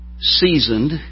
seasoned